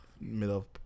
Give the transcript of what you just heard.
middle